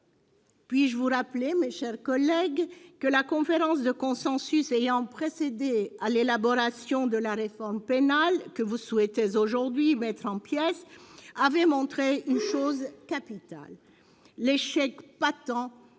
Puis-je vous rappeler, mes chers collègues, que la conférence de consensus ayant précédé l'élaboration de la réforme pénale, que vous souhaitez aujourd'hui mettre en pièces, avait montré une chose capitale : l'échec patent